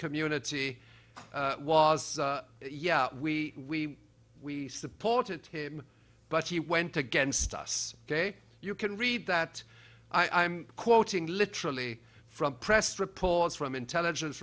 community was yeah we we supported him but he went against us ok you can read that i'm quoting literally from press reports from intelligence